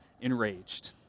enraged